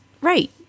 right